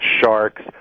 sharks